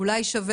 שוב